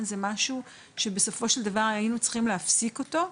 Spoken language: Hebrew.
זה משהו שבסופו של דבר היינו צריכים להפסיק אותו,